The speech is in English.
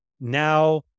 now